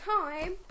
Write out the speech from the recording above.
time